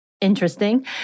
interesting